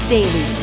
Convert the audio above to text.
Daily